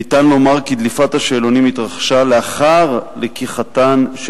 ניתן לומר כי דליפת השאלונים התרחשה לאחר לקיחתן של